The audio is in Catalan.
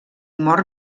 mor